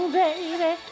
baby